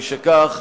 משכך,